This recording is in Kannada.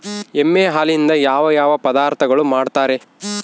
ಎಮ್ಮೆ ಹಾಲಿನಿಂದ ಯಾವ ಯಾವ ಪದಾರ್ಥಗಳು ಮಾಡ್ತಾರೆ?